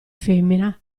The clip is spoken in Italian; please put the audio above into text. femmina